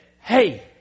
hey